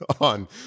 on